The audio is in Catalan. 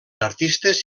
artistes